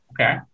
Okay